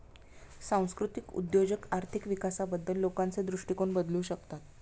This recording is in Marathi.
सांस्कृतिक उद्योजक आर्थिक विकासाबद्दल लोकांचे दृष्टिकोन बदलू शकतात